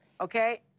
Okay